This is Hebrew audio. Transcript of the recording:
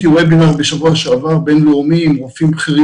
בשבוע שעבר הייתי בסמינר בין-לאומי עם רופאים בכירים